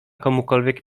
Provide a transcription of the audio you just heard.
komukolwiek